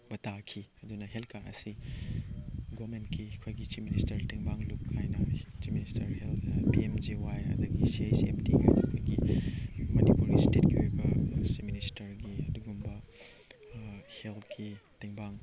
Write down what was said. ꯕ ꯇꯥꯈꯤ ꯑꯗꯨꯅ ꯍꯦꯜꯠ ꯀꯥꯔꯠ ꯑꯁꯤ ꯒꯣꯚꯔꯟꯃꯦꯟꯒꯤ ꯑꯩꯈꯣꯏꯒꯤ ꯆꯤꯐ ꯃꯤꯅꯤꯁꯇꯔ ꯇꯦꯡꯕꯥꯡ ꯂꯨꯞ ꯍꯥꯏꯅ chief minister health P M J Y ꯑꯗꯒꯤ ꯁꯤ ꯍꯩꯆ ꯑꯦꯝ ꯇꯤꯒ ꯍꯥꯏꯕ ꯑꯩꯈꯣꯏꯒꯤ ꯃꯅꯤꯄꯨꯔ ꯏꯁꯇꯦꯠꯀꯤ ꯑꯣꯏꯕ ꯆꯤꯐ ꯃꯤꯅꯤꯁꯇꯔꯒꯤ ꯑꯗꯨꯒꯨꯝꯕ ꯍꯦꯜꯠꯀꯤ ꯇꯦꯡꯕꯥꯡ